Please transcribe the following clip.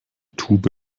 tube